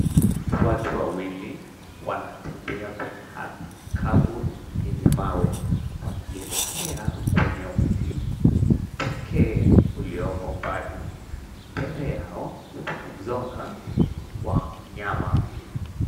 Watu wawili wanatembea kwenye ardhi kavu yenye mawe wakielekea kwenye mti pekee ulioko mbali. Mbele yao kuna mzoga wa mnyama.